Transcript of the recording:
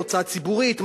"הוצאה ציבורית".